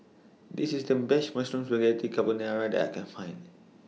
This IS The Best Mushroom Spaghetti Carbonara that I Can Find